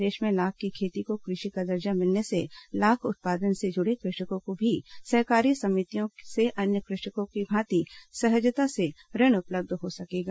प्रदेश में लाख की खेती को कृषि का दर्जा मिलने से लाख उत्पादन से जुड़े कृषकों को भी सहकारी समितियों से अन्य कृषकों की भांति सहजता से ऋण उपलब्ध हो सकेगा